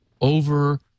over